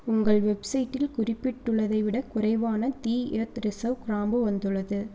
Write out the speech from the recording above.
உங்கள் வெப்சைட்டில் குறிப்பிட்டுள்ளதை விடக் குறைவாக தி எர்த் ரிஸர்வ் கிராம்பு வந்துள்ளது